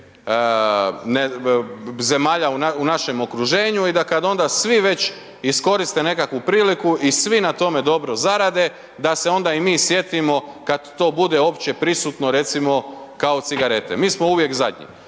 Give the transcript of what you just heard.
zemalja u našem okruženju i da kad onda svi već iskoriste nekakvu priliku i svi na tome dobro zarade, da se onda i mi sjetimo kad to bude opće prisutno, recimo kao cigarete, mi smo uvijek zadnji.